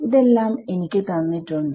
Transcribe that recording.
ഇതെല്ലാം എനിക്ക് തന്നിട്ടുണ്ട്